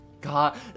God